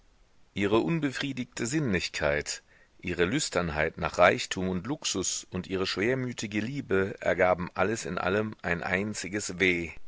ihre unbefriedigte sinnlichkeit ihre lüsternheit nach reichtum und luxus und ihre schwermütige liebe ergaben alles in allem ein einziges weh